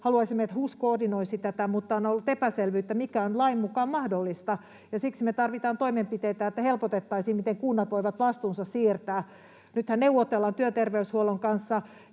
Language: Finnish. haluaisimme, että HUS koordinoisi tätä, mutta on ollut epäselvyyttä, mikä on lain mukaan mahdollista, ja siksi me tarvitaan toimenpiteitä, että helpotettaisiin sitä, miten kunnat voivat vastuunsa siirtää. Nythän neuvotellaan työterveyshuollon kanssa